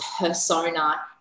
persona